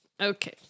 Okay